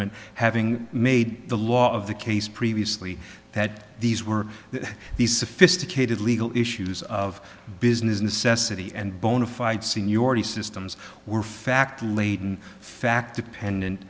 judgment having made the law of the case previously that these were these sophisticated legal issues of business necessity and bonafide seniority systems were fact laden fact dependent